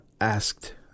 asked